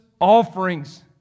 offerings